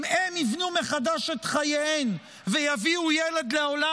אם הן ייבנו מחדש את חייהן ויביאו ילד לעולם,